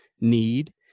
need